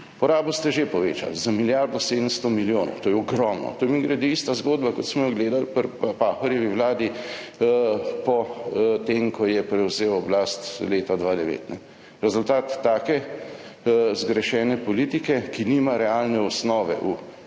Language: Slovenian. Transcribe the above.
Porabo ste že povečali za milijardo 700 milijonov. To je ogromno. To je, mimogrede, ista zgodba, kot smo jo gledali pri Pahorjevi vladi po tem, ko je prevzel oblast leta 2009. Rezultat take zgrešene politike, ki nima realne osnove v podjetniški